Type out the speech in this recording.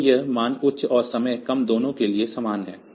तो यह मान उच्च और समय कम दोनों के लिए समान है